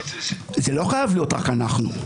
זה לא חייב להיות רק אנחנו.